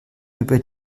über